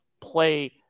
play